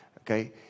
okay